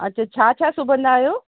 हा त छा छा सिबंदा आहियो